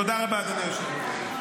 תודה רבה, אדוני היושב-ראש.